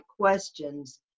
questions